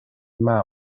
mam